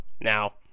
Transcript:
Now